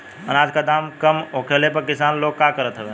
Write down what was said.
अनाज क दाम कम होखले पर किसान लोग का करत हवे?